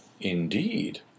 Indeed